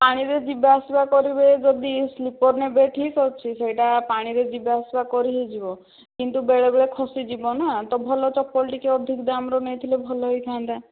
ପାଣି ରେ ଯିବା ଆସିବା କରିବେ ଯଦି ସ୍ଲିପର ନେବେ ଠିକ୍ ଅଛି ସେଇଟା ପାଣି ରେ ଯିବା ଆସିବା କରିହେଇଯିବ କିନ୍ତୁ ବେଳେବେଳେ ଖସି ଯିବା ନା ତ ଭଲ ଚପଲ ଟିକେ ଅଧିକ ଦାମ ର ନେଇଥିଲେ ଭଲ ହେଇଥାନ୍ତା